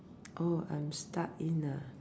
oh I'm stuck in ah